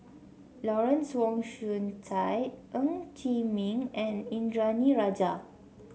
Lawrence Wong Shyun Tsai Ng Chee Meng and Indranee Rajah